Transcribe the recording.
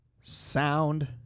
sound